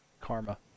Karma